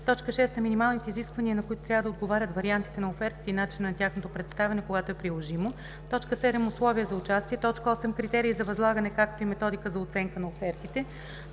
6. минималните изисквания, на които трябва да отговарят вариантите на офертите, и начина на тяхното представяне, когато е приложимо; 7. условия за участие; 8. критерии за възлагане, както и методика за оценка на офертите;